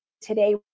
today